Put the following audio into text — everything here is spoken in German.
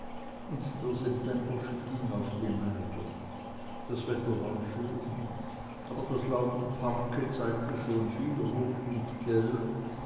und der september ging auf die neige das wetter war schön aber das laub im park zeigte schon viel rot und gelb